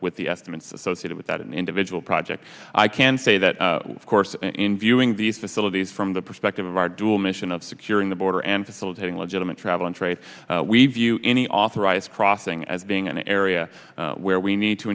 with the estimates associated with that individual project i can say that of course in viewing these facilities from the perspective of our dual mission of securing the border and facilitating legitimate travel and trade we view any authorised crossing as being an area where we need to